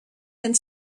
and